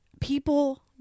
people